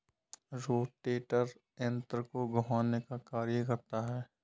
rotator यन्त्र को घुमाने का कार्य करता है